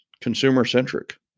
consumer-centric